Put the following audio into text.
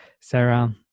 Sarah